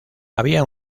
había